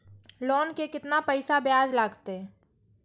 Loan के केतना पैसा ब्याज लागते?